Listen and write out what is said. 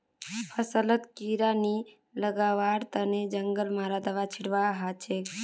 फसलत कीड़ा नी लगवार तने जंगल मारा दाबा छिटवा हछेक